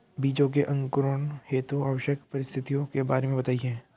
बीजों के अंकुरण हेतु आवश्यक परिस्थितियों के बारे में बताइए